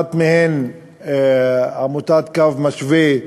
אחת מהן היא עמותת "קו משווה",